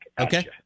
Okay